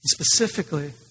Specifically